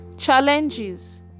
challenges